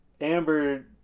Amber